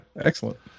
excellent